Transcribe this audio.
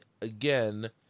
again